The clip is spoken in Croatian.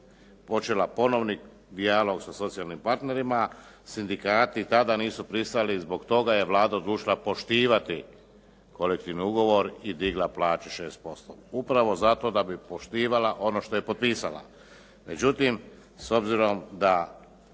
počela ponovni dijalog sa socijalnim partnerima. Sindikati tada nisu pristali, zbog toga je Vlada odlučila poštivati kolektivni ugovor i digla plaću 6% upravo zato da bi poštivala ono što je potpisala.